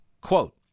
Quote